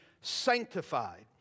sanctified